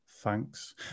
thanks